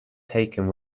taken